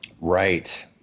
Right